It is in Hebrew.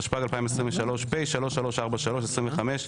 התשפ"ג-2023 (פ/3343/25),